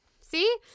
see